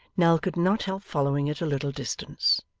nell could not help following at a little distance.